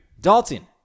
Dalton